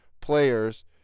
players